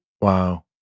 Wow